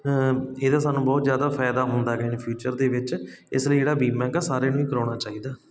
ਇਹਦਾ ਸਾਨੂੰ ਬਹੁਤ ਜ਼ਿਆਦਾ ਫ਼ਾਇਦਾ ਹੁੰਦਾ ਹੈਗਾ ਇਨ ਫਿਊਚਰ ਦੇ ਵਿੱਚ ਇਸ ਲਈ ਜਿਹੜਾ ਬੀਮਾ ਹੈਗਾ ਸਾਰਿਆਂ ਨੂੰ ਹੀ ਕਰਵਾਉਣਾ ਚਾਹੀਦਾ